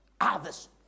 others